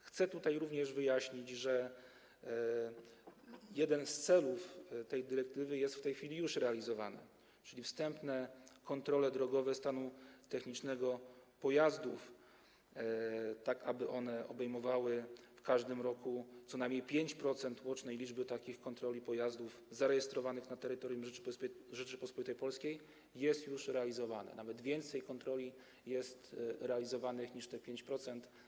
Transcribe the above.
Chcę tutaj również wyjaśnić, że jeden z celów tej dyrektywy jest w tej chwili już realizowany, czyli wstępne kontrole drogowe stanu technicznego pojazdów, tak aby one obejmowały w każdym roku co najmniej 5% łącznej liczby takich kontroli pojazdów zarejestrowanych na terytorium Rzeczypospolitej Polskiej - jest to już realizowane, nawet więcej kontroli jest realizowanych niż te 5%.